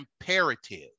imperative